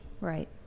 Right